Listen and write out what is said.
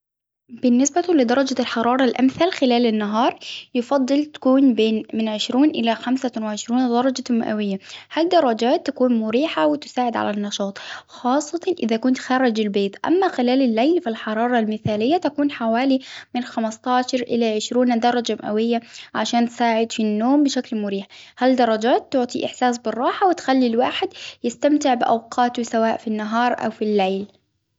بالنسبة لدرجة الحرارة الأمثل خلال النهار يفضل تكون بين من عشرون إلى خمسة وعشرون درجة مئوية، هالدرجات تكون مريحة وتساعد على النشاط، خاصة إذا كنت خارج البيت، أما خلال الليل فالحرارة المثالية تكون حوالي من خمسة عشر إلى عشرون درجة مئوية عشان تساعد في النوم بشكل مريح، هالدرجات تعطي إحساس بالراحة وتخلي الواحد يستمتع بأوقاته سواء في النهار أو في الليل.